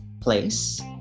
place